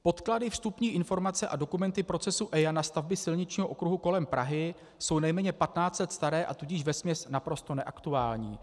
Podklady, vstupní informace a dokumenty procesu EIA na stavby silničního okruhu kolem Prahy jsou nejméně 15 let staré, a tudíž vesměs naprosto neaktuální.